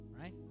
right